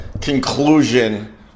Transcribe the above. conclusion